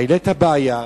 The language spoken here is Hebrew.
העלית בעיה,